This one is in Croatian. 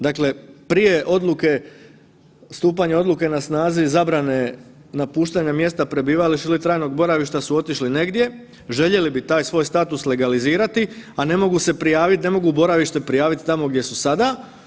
Dakle prije stupanja odluke na snazi zabrane napuštanja mjesta prebivališta ili trajnog boravišta su otišli negdje, željeli bi taj svoj status legalizirati, a ne mogu se prijaviti ne mogu boravište prijaviti tamo gdje su sada.